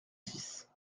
six